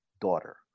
daughter